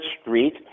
Street